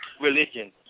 religion